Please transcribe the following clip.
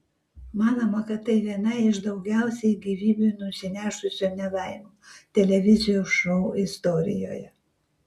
manoma kad tai viena iš daugiausiai gyvybių nusinešusių nelaimių televizijos šou istorijoje